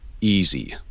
easy